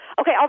Okay